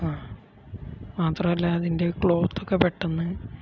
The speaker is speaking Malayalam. ആ മാത്രമല്ല അതിൻ്റെ ക്ലോത്തൊക്കെ പെട്ടെന്ന്